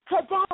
today